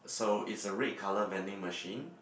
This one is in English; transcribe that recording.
so it's a red colour vending machine